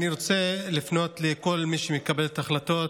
אני רוצה לפנות לכל מי שמקבל את ההחלטות,